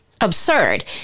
absurd